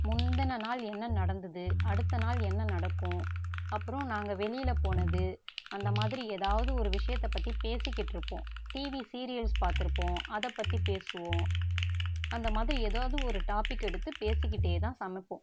முந்தின நாள் என்ன நடந்துது அடுத்த நாள் என்ன நடக்கும் அப்புறம் நாங்கள் வெளியில் போனது அந்தமாதிரி ஏதாவது ஒரு விஷயத்தைப் பற்றிப் பேசிக்கிட்டிருப்போம் டிவி சீரியல்ஸ் பார்த்துருப்போம் அதைப் பற்றிப் பேசுவோம் அந்தமாதிரி ஏதாது ஒரு டாப்பிக் எடுத்துப் பேசிக்கிட்டேதான் சமைப்போம்